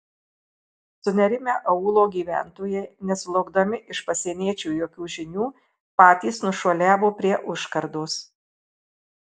sunerimę aūlo gyventojai nesulaukdami iš pasieniečių jokių žinių patys nušuoliavo prie užkardos